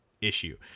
issue